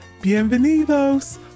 Bienvenidos